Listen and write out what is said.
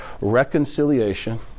reconciliation